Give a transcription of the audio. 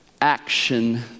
Action